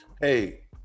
hey